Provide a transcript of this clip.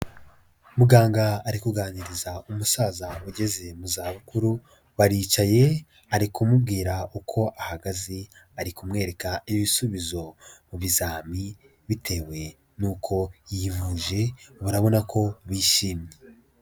Muganga ari kuganiriza umusaza ugeze mu zabukuru, baricaye ari kumubwira uko ahagaze, ari kumwereka ibisubizo mu bizami, bitewe n'uko yivuje, barabona ko bishimye.